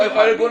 ארגון